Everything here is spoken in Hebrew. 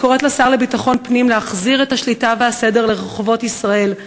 וקוראת לשר לביטחון פנים להחזיר את השליטה והסדר לרחובות ישראל.